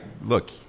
look